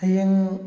ꯍꯌꯦꯡ